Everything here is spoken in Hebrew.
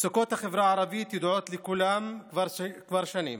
מצוקות החברה הערבית ידועות לכולם כבר שנים.